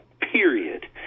period